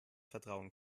vertrauen